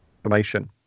information